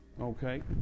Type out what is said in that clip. Okay